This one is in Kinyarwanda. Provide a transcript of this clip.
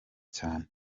cyane